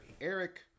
Eric